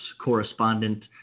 correspondent